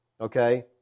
Okay